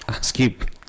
Skip